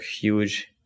huge